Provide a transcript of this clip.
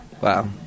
Wow